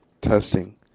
testing